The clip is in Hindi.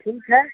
ठीक है